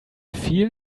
feel